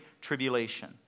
tribulation